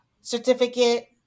certificate